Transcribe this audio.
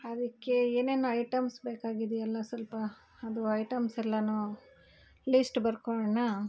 ಅದಕ್ಕೆ ಏನೇನು ಐಟಮ್ಸ್ ಬೇಕಾಗಿದೆ ಎಲ್ಲ ಸ್ವಲ್ಪ ಅದು ಐಟಮ್ಸ್ ಎಲ್ಲವೂ ಲಿಸ್ಟ್ ಬರೆಕೊಳ್ಳೋಣ